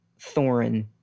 Thorin